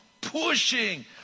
pushing